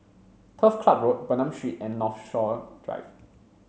Turf Club Road Bernam Street and Northshore Drive